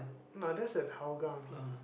no that's at Hougang